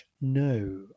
No